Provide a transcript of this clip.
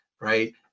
right